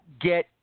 get